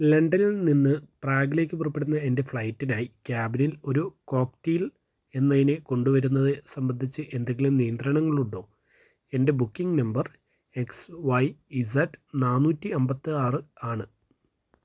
ലെണ്ടനിൽ നിന്ന് പ്രായാഗിലേക്ക് പുറപ്പെടുന്ന എൻ്റെ ഫ്ലൈറ്റിനായി ക്യാബിനിൽ ഒരു കോക്ക്റ്റീൽ എന്നതിനെ കൊണ്ടു വരുന്നത് സംബന്ധിച്ചു എന്തെങ്കിലും നിയന്ത്രണങ്ങൾ ഉണ്ടോ എൻ്റെ booking number X Y Z നാനൂറ്റി അമ്പത്തി ആറ് ആണ്